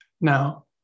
Now